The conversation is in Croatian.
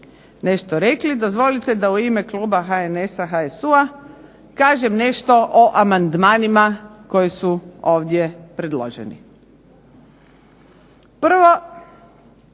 nešto rekli dozvolite da u ime Kluba HNS-a i HSU-a kažem nešto o amandmanima koji su ovdje predloženi. Prvo,